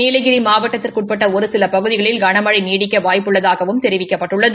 நீலகிரி மாவட்டத்திற்கு உட்பட்ட ஒரு சில பகுதிகளில் கனமழை நீடிக்க வாய்ப்பு உள்ளதாகவும் தெரிவிக்கப்பட்டுள்ளது